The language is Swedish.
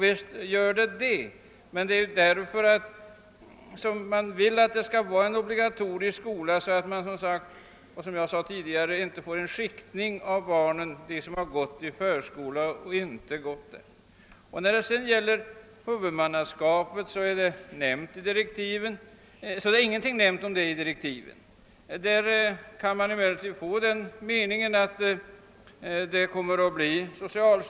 Visst är det riktigt, och det är ju därför vi vill ha en obligatorisk förskola, så att det inte — som jag sade tidigare — blir en skiktning av barnen mellan dem som gått i förskola och dem som inte gjort det. När det gäller frågan om huvudmannaskapet nämns ingenting i direktiven. Man kan emellertid få den uppfattningen, att socialstyrelsen kommer att bli huvudman.